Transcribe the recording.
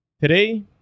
today